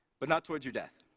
but not towards your death.